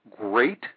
great